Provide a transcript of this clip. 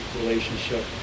relationship